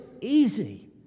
easy